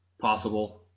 possible